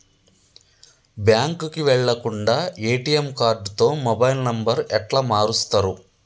బ్యాంకుకి వెళ్లకుండా ఎ.టి.ఎమ్ కార్డుతో మొబైల్ నంబర్ ఎట్ల మారుస్తరు?